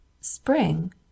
Spring